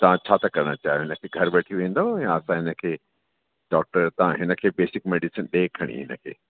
तव्हां छा था करणु चाहियो हिन खे घरु वठी वेंदौ या त हिन खे डॉक्टर तां हिन खे बेसिक मैडिसन ॾेई खणी हिन खे